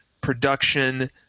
production